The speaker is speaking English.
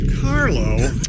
Carlo